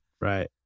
Right